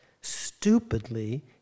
stupidly